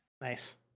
Nice